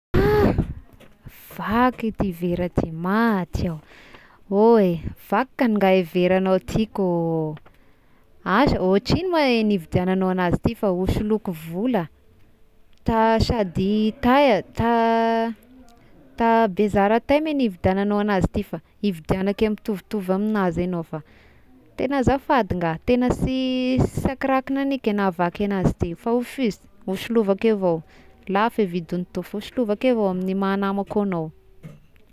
Ah vaky ity vera ity, maty aho, oh eh vakiko any ngah veranao ty kô, asa ohatrigno ma nividiananao azy ity fa hosoloiko vola, ta- sady taiah ta ta bezary a taiah mo nividiagnano anazy ity fa hividiagnake mitovitovy amign'azy ianao fa, tena azafady ngah fa tena sy sa ki raha kignaniky nahavaky anazy ty fa fiz- hosolovako avao, lafo avidin'itoy fa hosolovako avao amy maha namako agnao.